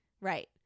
Right